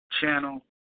channel